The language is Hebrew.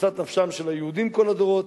משאת נפשם של היהודים כל הדורות,